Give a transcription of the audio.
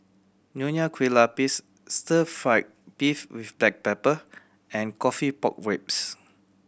Nonya Kueh Lapis stir fried beef with black pepper and coffee pork ribs